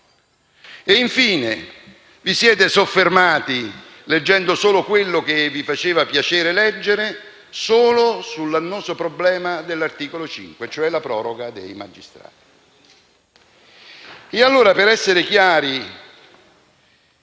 Infine, vi siete soffermati, leggendo solo quello che vi faceva piacere leggere, sull'annoso problema dell'articolo 5, ovvero sulla proroga dei magistrati.